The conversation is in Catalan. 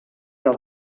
del